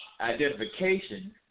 identification